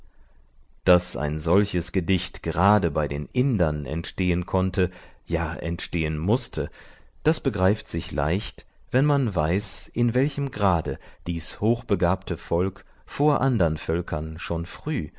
daß ein solches gedicht gerade bei den indern entstehen konnte ja entstehen mußte das begreift sich leicht wenn man weiß in welchem grade dies hochbegabte volk vor anderen völkern schon früh